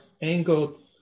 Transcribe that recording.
angled